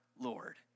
Lord